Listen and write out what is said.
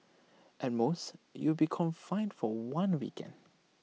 at most you'll be confined for one weekend